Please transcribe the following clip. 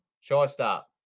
shortstop